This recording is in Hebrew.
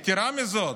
יתרה מזאת,